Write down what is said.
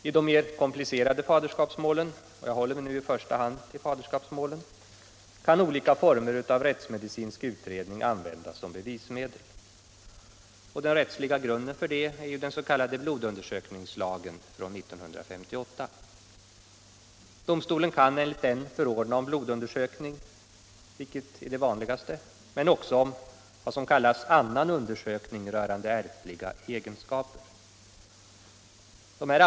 I de mer komplicerade faderskapsmålen — jag håller mig nu i första hand till faderskapsmålen — kan olika former av rättsmedicinsk utredning användas som bevismedel. Den rättsliga grunden för det är den s.k. blodundersökningslagen från 1958. Domstolen kan enligt den förordna om blodundersökning, vilket är det vanligaste, men också om ”annan undersökning rörande ärftliga egenskaper”.